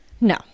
No